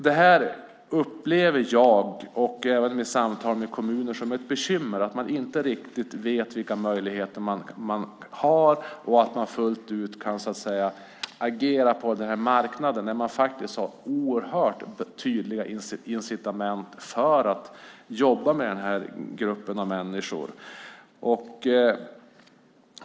Det här upplever jag, och även kommunerna när jag har haft samtal med dem, som ett bekymmer: Man vet inte riktigt vilka möjligheter man har, och man kan inte fullt ut agera på den här marknaden fast man faktiskt har oerhört tydliga incitament för att jobba med den här gruppen människor.